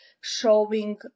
showing